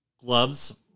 gloves